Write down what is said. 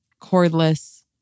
cordless